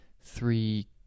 three